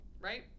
right